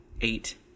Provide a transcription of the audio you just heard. eight